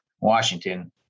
Washington